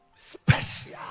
Special